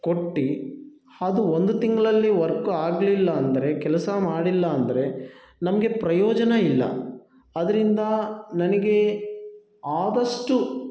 ಕೊಟ್ಟು ಅದು ಒಂದು ತಿಂಗಳಲ್ಲಿ ವರ್ಕು ಆಗಲಿಲ್ಲ ಅಂದರೆ ಕೆಲಸ ಮಾಡಿಲ್ಲ ಅಂದರೆ ನಮಗೆ ಪ್ರಯೋಜನ ಇಲ್ಲ ಅದ್ದರಿಂದ ನನಗೆ ಆದಷ್ಟು